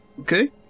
okay